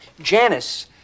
Janice